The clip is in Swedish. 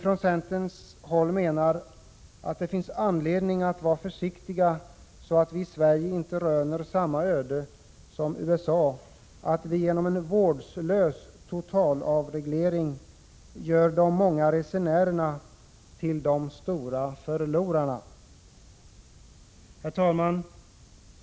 Från centerns håll menar vi att det finns anledning att vara försiktig, så att vi i Sverige inte röner samma öde som USA: att vi genom en vårdslös totalavreglering gör de många resenärerna till de stora förlorarna. Herr talman!